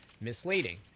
misleading